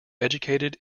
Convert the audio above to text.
educated